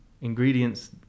ingredients